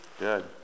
Good